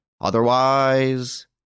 Otherwise